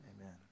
Amen